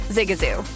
Zigazoo